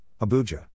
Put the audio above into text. Abuja